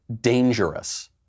dangerous